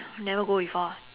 never go before ah